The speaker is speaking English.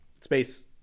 Space